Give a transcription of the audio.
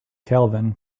kelvin